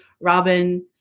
Robin